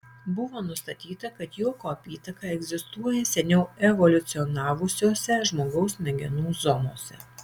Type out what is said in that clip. buvo nustatyta kad juoko apytaka egzistuoja seniau evoliucionavusiose žmogaus smegenų zonose